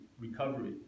recovery